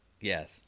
Yes